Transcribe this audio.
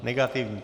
Negativní.